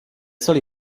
soli